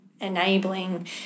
enabling